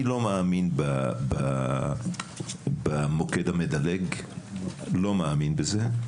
אני לא מאמין במוקד המדלג, לא מאמין בזה,